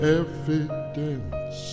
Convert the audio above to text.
evidence